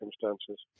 circumstances